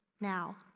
now